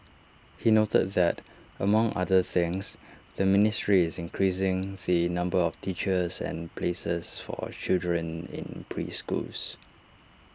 he noted that among other things the ministry is increasing the number of teachers and places for A children in preschools